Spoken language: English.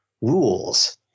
rules